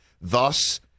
Thus